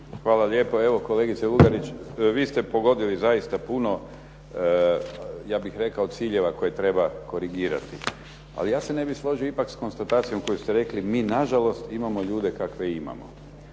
Hvala lijepo. Evo, kolegice Lugarić, vi ste pogodili zaista puno, ja bih rekao ciljeva koje treba korigirati, ali ja se ne bih složio ipak s konstatacijom koju ste rekli, mi na žalost imamo ljude kakve imamo.